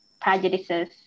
prejudices